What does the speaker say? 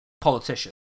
politician